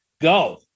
go